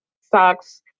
socks